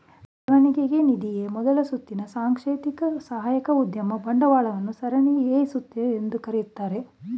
ಬೆಳವಣಿಗೆ ನಿಧಿಯ ಮೊದಲ ಸುತ್ತಿನ ಸಾಂಸ್ಥಿಕ ಸಾಹಸೋದ್ಯಮ ಬಂಡವಾಳವನ್ನ ಸರಣಿ ಎ ಸುತ್ತು ಎಂದು ಕರೆಯುತ್ತಾರೆ